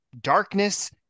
darkness